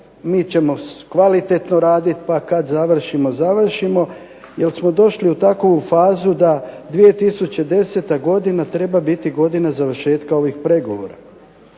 mi ćemo kvalitetno radit pa kad završimo završimo jer smo došli u takvu fazu da 2010. godina treba biti godina završetka ovih pregovora.